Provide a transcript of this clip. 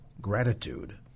gratitude